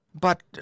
But